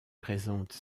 présente